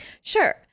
Sure